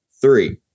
three